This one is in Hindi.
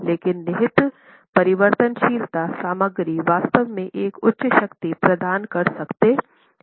लेकिन निहित परिवर्तनशीलता सामग्री वास्तव में एक उच्च शक्ति प्रदान कर सकते हैं